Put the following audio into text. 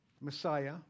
Messiah